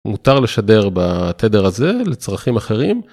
מותר לשדר בתדר הזה לצרכים אחרים.